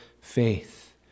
faith